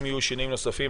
ואם יהיו שינויים נוספים,